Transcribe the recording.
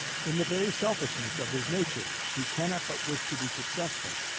in the very selfishness of his nature, he cannot but wish to be successful,